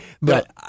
But-